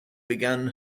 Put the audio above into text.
began